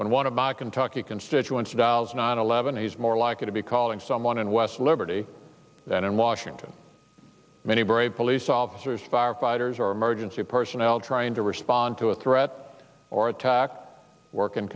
when one of my kentucky constituents dials nine eleven he's more likely to be calling someone in west liberty than in washington many brave police officers firefighters or emergency personnel trained to respond to a threat or attack work in